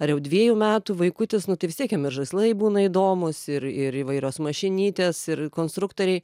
ar jau dviejų metų vaikutis nu tai vis tiek jam ir žaislai būna įdomūs ir ir įvairios mašinytės ir konstruktoriai